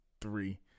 three